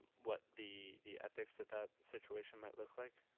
what the the ethics of that situation might look like.